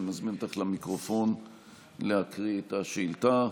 אני מזמין אותך למיקרופון להקריא את השאילתה.